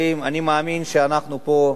אני מאמין שאנחנו פה,